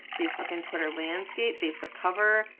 facebook and twitter landscape, facebook cover,